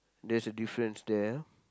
there's a difference there ah